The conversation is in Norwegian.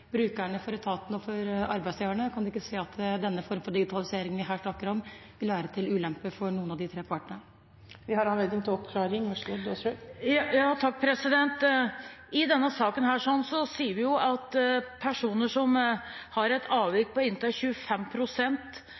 brukerne, for etaten og for arbeidsgiverne. Jeg kan ikke se at den formen for digitalisering vi her snakker om, vil være til ulempe for noen av de tre partene. Det gis anledning til oppklaring – Aasrud, vær så god. I denne saken sier vi at personer som har et avvik på inntil